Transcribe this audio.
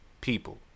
people